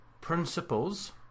principles